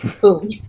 Boom